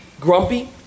grumpy